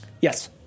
Yes